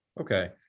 Okay